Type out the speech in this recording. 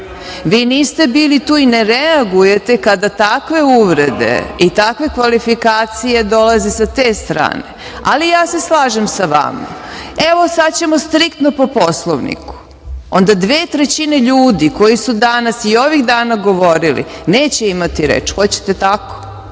Vi niste bili tu i ne reagujete kada takve uvrede i takve kvalifikacije dolaze sa te strane ali ja se slažem sa vama. Evo, sad ćemo striktno po Poslovniku. Onda dve trećine ljudi, koji su danas i ovih dana govorili, neće imati reč, hoćete